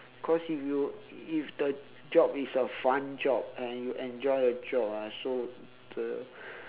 cause if you if the job is a fun job and you enjoy the job ah so the